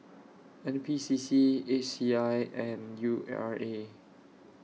N P C C H C I and U R A